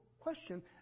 question